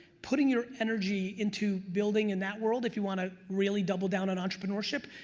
putting your energy into building in that world, if you want to really double down on entrepreneurship,